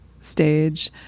stage